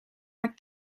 haar